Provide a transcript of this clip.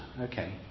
okay